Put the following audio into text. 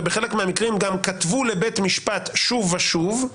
ובחלק מהמקרים גם כתבו לבית משפט שוב ושוב,